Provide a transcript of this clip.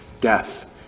death